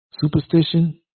superstition